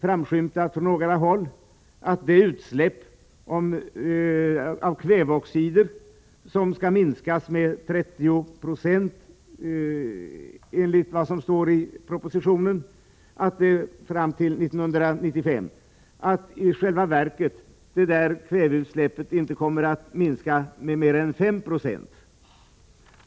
framskymtat på några håll att de utsläpp av kväveoxider som skall minskas med 30 96 fram till 1995, enligt vad som står i propositionen, i själva verket inte kommer att minska med mer än 5 90.